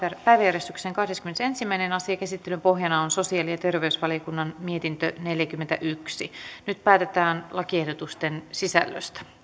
päiväjärjestyksen kahdeskymmenesensimmäinen asia käsittelyn pohjana on sosiaali ja terveysvaliokunnan mietintö neljäkymmentäyksi nyt päätetään lakiehdotusten sisällöstä